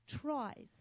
tries